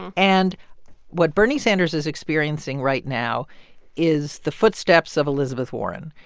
and and what bernie sanders is experiencing right now is the footsteps of elizabeth warren.